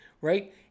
right